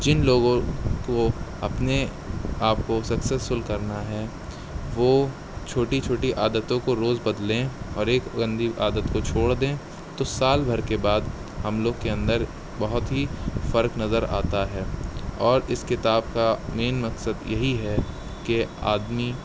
جن لوگوں کو اپنے آپ کو سکسیز فل کرنا ہے وہ چھوٹی چھوٹی عادتوں کو روز بدلیں اور ایک گندی عادت کو چھوڑ دیں تو سال بھر کے بعد ہم لوگ کے اندر بہت ہی فرق نظر آتا ہے اور اس کتاب کا مین مقصد یہی ہے کہ آدمی